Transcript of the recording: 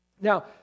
Now